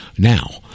now